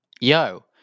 yo